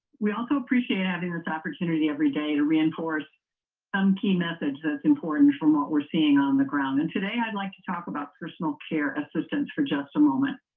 we also appreciate having this opportunity every day to reinforce some um key methods that's important. from what we're seeing on the ground and today i'd like to talk about personal care assistants for just a moment.